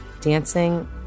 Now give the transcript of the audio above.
Dancing